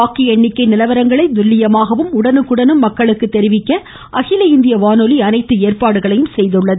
வாக்கு எண்ணிக்கை நிலவரங்களை துல்லியமாகவும் உடனுக்குடனும் மக்களுக்கு தெரிவிக்க அகில இந்திய வானொலி அனைத்து ஏற்பாடுகளையும் செய்துள்ளது